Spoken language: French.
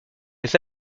les